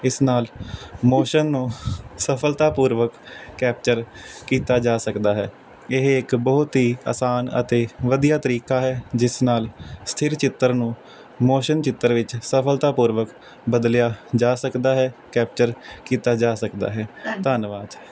ਇਸ ਨਾਲ ਮੋਸ਼ਨ ਨੂੰ ਸਫਲਤਾਪੂਰਵਕ ਕੈਪਚਰ ਕੀਤਾ ਜਾ ਸਕਦਾ ਹੈ ਇਹ ਇੱਕ ਬਹੁਤ ਹੀ ਆਸਾਨ ਅਤੇ ਵਧੀਆ ਤਰੀਕਾ ਹੈ ਜਿਸ ਨਾਲ ਸਥਿਰ ਚਿੱਤਰ ਨੂੰ ਮੋਸ਼ਨ ਚਿੱਤਰ ਵਿੱਚ ਸਫਲਤਾਪੂਰਵਕ ਬਦਲਿਆ ਜਾ ਸਕਦਾ ਹੈ ਕੈਪਚਰ ਕੀਤਾ ਜਾ ਸਕਦਾ ਹੈ ਧੰਨਵਾਦ